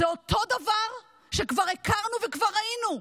זה אותו הדבר שכבר הכרנו וכבר ראינו.